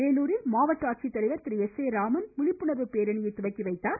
வேலூரில் மாவட்ட ஆட்சித்தலைவர் திரு எஸ் ஏ ராமன் விழிப்புணர்வு பேரணியை துவக்கிவைத்தார்